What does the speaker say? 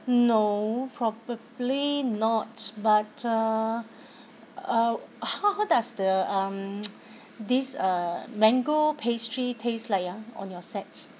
no probably not but uh uh how does the um this uh mango pastry taste like ah on your set